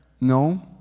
No